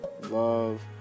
Love